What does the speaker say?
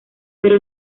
pero